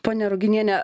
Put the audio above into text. ponia ruginiene